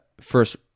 first